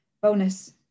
bonus